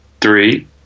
three